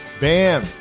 Bam